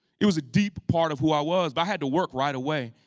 it was a deep part of who i was but i had to work right away.